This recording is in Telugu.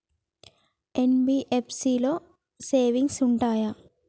ఎన్.బి.ఎఫ్.సి లో సేవింగ్స్ ఉంటయా?